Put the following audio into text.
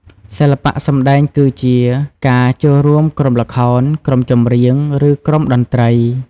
សិល្បៈសម្តែងគឺជាការ ចូលរួមក្រុមល្ខោន ក្រុមចម្រៀង ឬក្រុមតន្រ្តី។